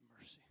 mercy